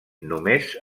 només